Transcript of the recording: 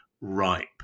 ripe